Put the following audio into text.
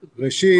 ראשית,